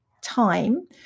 time